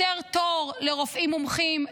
יותר תור לרופאים מומחים,